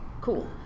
cool